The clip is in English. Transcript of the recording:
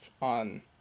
on